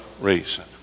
reason